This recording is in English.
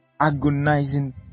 agonizing